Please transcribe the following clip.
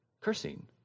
cursing